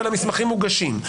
אבל המסמכים מוגשים.